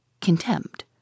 contempt